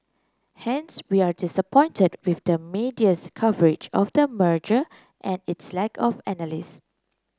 hence we are disappointed with the media's coverage of the merger and its lack of analysis